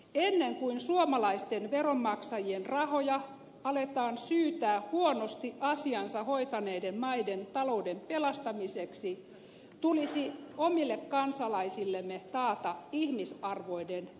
ennen kuin suomalaisten veronmaksajien rahoja aletaan syytää huonosti asiansa hoitaneiden maiden talouden pelastamiseksi tulisi omille kansalaisillemme taata ihmisarvoinen elämä